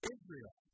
Israel